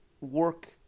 work